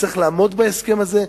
וצריך לעמוד בהסכם הזה,